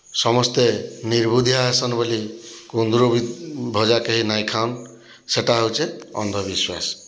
ସମସ୍ତେ ନିର୍ବୁଦ୍ଧିଆ ହେସନ୍ ବୋଲି କୁନ୍ଦୁରୁ ଭଜା କେହି ନାଇଁ ଖାଅନ୍ ସେଇଟା ହେଉଛି ଅନ୍ଧ ବିଶ୍ଵାସ୍